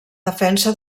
defensa